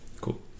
cool